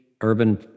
urban